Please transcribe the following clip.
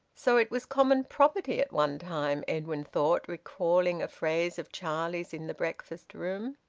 so it was common property at one time, edwin thought, recalling a phrase of charlie's in the breakfast-room.